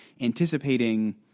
anticipating